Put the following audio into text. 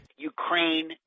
Ukraine